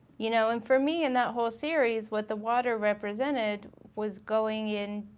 you know and for me in that whole series what the water represented was going in